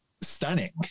stunning